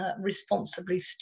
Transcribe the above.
responsibly